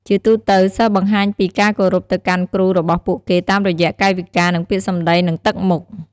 ជាទូទៅ សិស្សបង្ហាញពីការគោរពទៅកាន់គ្រូរបស់ពួកគេតាមរយៈកាយវិការ និងពាក្យសម្ដី និងទឹកមុខ។